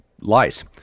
lies